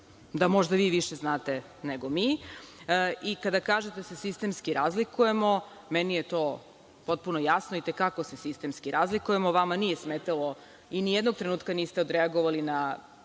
da vi više znate nego mi. Kada kažete da se sistemski razlikujemo, meni je to potpuno jasno, itekako se sistemski razlikujemo, vama nije smetalo i ni jednog trenutka niste odreagovali na